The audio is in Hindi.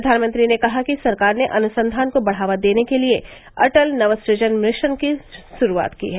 प्रधानमंत्री ने कहा कि सरकार ने अनुसंधान को बढ़ावा देने के लिए अटल नवसृजन मिशन की शुरूआत की है